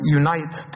unite